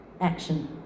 action